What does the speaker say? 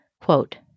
Quote